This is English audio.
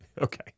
Okay